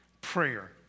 Prayer